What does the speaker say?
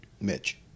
Mitch